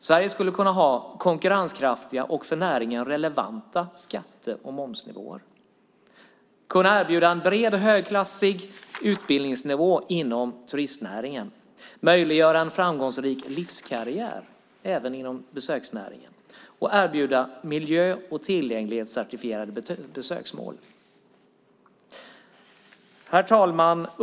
Sverige skulle kunna ha konkurrenskraftiga och för näringen relevanta skatter och momsnivåer, kunna erbjuda en bred och högklassig utbildningsnivå inom turistnäringen, möjliggöra en framgångsrik livskarriär även inom besöksnäringen och erbjuda miljö och tillgänglighetscertifierade besöksmål. Herr talman!